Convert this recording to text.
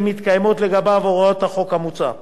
אם מתקיימות לגביו הוראות החוק המוצע.